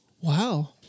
Wow